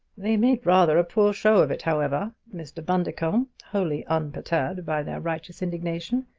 they made rather a poor show of it, however. mr. bundercombe, wholly unperturbed by their righteous indignation,